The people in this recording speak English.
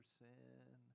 sin